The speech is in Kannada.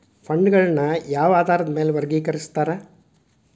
ಫಂಡ್ಗಳನ್ನ ಯಾವ ಆಧಾರದ ಮ್ಯಾಲೆ ವರ್ಗಿಕರಸ್ತಾರ